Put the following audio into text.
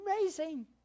amazing